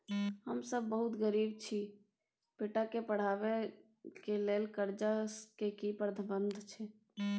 हम सब बहुत गरीब छी, बेटा के पढाबै के लेल कर्जा के की प्रावधान छै?